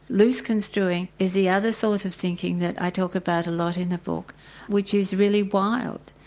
loose-construing is the other sort of thinking that i talk about a lot in the book which is really wild.